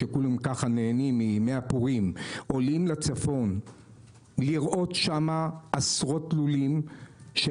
כשכולם ככה נהנים מימי הפורים עולים לצפון לראות שם עשרות לולים של